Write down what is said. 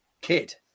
kid